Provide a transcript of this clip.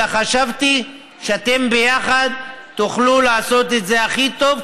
אלא חשבתי שאתם ביחד תוכלו לעשות את זה הכי טוב,